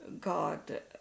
God